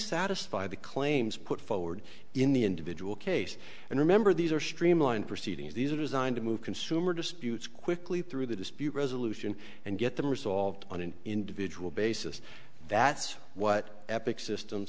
satisfy the claims put forward in the individual case and remember these are streamlined proceedings these are designed to move consumer disputes quickly through the dispute resolution and get them resolved on an individual basis that's what epic systems